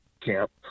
camp